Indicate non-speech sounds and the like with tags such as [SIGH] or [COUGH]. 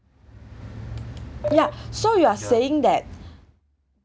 yeah [BREATH] so you are saying that